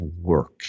Work